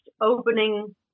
opening